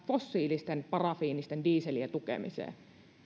fossiilisten parafiinisten dieselien tukemiseen